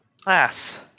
Class